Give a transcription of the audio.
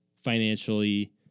financially